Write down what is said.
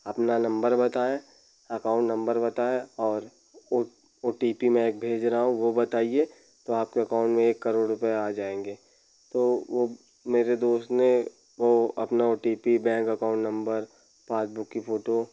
अपना नम्बर बताए account number बताया और ओ टी पी मैं एक भेज रहा हूँ वो बताइए तो आपके अकाउंट में एक करोड़ रुपये आ जाएंगे तो वो मेरे दोस्त ने वो अपना O T P bank account number passbook की फोटो